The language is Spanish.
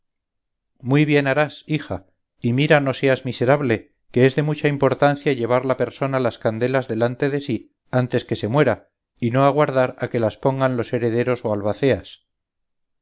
muy bien harás hija y mira no seas miserable que es de mucha importancia llevar la persona las candelas delante de sí antes que se muera y no aguardar a que las pongan los herederos o albaceas